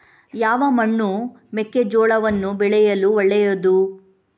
ಯಾವ ಮಣ್ಣು ಮೆಕ್ಕೆಜೋಳವನ್ನು ಬೆಳೆಯಲು ಒಳ್ಳೆಯದು?